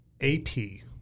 A-P